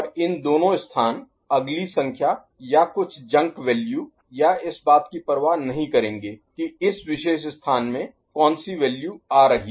और इन दोनों स्थान अगली संख्या या कुछ जंक वैल्यू या इस बात की परवाह नहीं करेंगे कि इस विशेष स्थान में कौन सी वैल्यू आ रही है